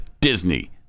Disney